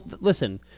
Listen